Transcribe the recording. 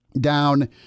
down